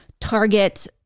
Target